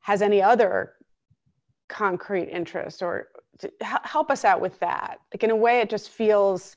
has any other concrete interests or to help us out with that going away it just feels